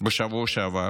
בשבוע שעבר